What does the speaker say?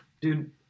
dude